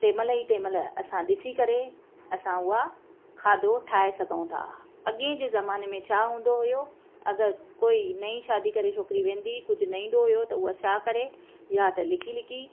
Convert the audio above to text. तंहिंमहिल ई तंहिंमहिल असां ॾिसी करे असां उहा खाधो ठाहे सघूं था अॻिएं जे ज़माने में छा हूंदो हुयो अगरि कोई नई शादी करे छोकिरी वेंदी कुझु न ईंदो हुयो त उहा छा करे या त लिकी लिकी